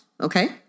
Okay